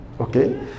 okay